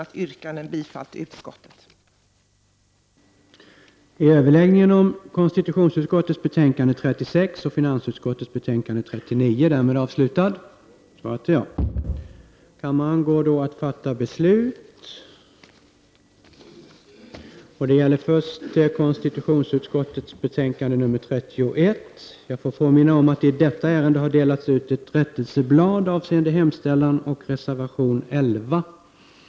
Jag yrkar bifall till utskottets hemställan.